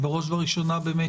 בראש ובראשונה באמת